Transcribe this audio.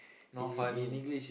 not funny